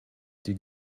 die